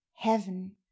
Heaven